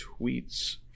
tweets